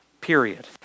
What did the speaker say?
period